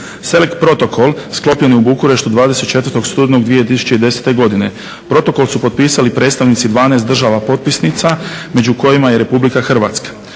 SELEC Protokol sklopljen je 24. studenog 2010. godine. Protokol su potpisali predstavnici 12 država potpisnica među kojima je RH. SELEC Protokol